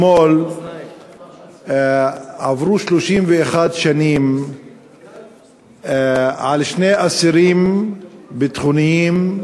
אתמול עברו 31 שנים על שני אסירים ביטחוניים,